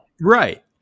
Right